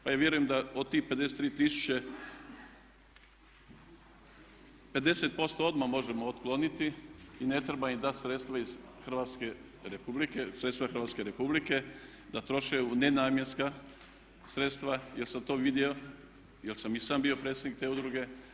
Pa i vjerujem da od tih 53 tisuće 50% odmah možemo otkloniti i ne treba im dati sredstva iz Hrvatske Republike, sredstva Hrvatske Republike da troše u nenamjenska sredstva jer sam to vidio, jer sam i sam bio predsjednik te udruge.